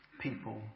people